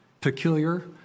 peculiar